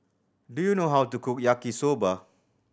do you know how to cook Yaki Soba